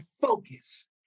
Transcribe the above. focus